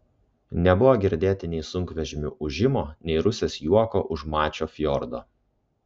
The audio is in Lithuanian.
nebuvo girdėti nei sunkvežimių ūžimo nei rusės juoko už mačio fjordo